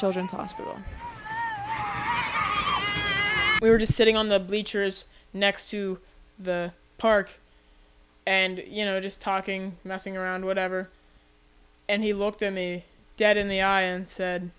children's hospital we were just sitting on the beach or is next to the park and you know just talking messing around whatever and he looked at me dead in the eye and said